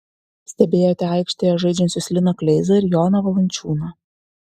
stebėjote aikštėje žaidžiančius liną kleizą ir joną valančiūną